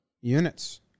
units